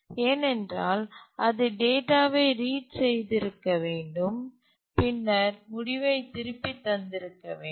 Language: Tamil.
ஏனென்றால் அது டேட்டாவை ரீட் செய்திருக்க வேண்டும் பின்னர் முடிவை திருப்பித் தந்திருக்க வேண்டும்